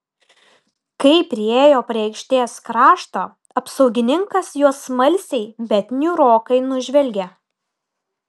kai priėjo prie aikštės krašto apsaugininkas juos smalsiai bet niūrokai nužvelgė